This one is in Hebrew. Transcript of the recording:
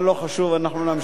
אבל לא חשוב, אנחנו נמשיך.